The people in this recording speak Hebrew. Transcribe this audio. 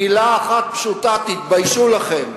מלה אחת פשוטה: תתביישו לכם.